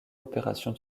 opération